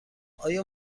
آیا